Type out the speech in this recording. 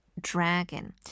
dragon